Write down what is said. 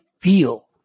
feel